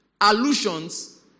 allusions